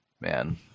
man